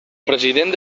president